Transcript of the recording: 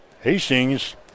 Hastings